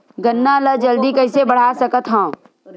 गन्ना ल जल्दी कइसे बढ़ा सकत हव?